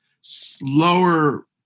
slower